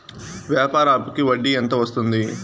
వ్యాపార అప్పుకి వడ్డీ ఎంత వస్తుంది?